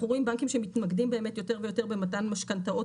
אנחנו רואים בנקים שמתמקדים יותר ויותר במתן משכנתאות